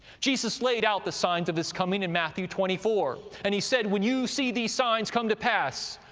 jesus laid out the signs of his coming in matthew twenty four, and he said, when you see these signs come to pass,